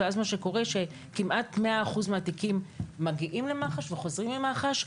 מה שקורה זה שכמעט 100% מהתיקים מגיעים למח"ש וחוזרים למח"ש,